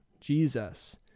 Jesus